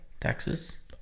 Texas